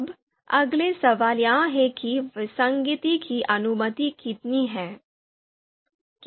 अब अगला सवाल यह है कि विसंगति की अनुमति कितनी है